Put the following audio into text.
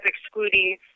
excluding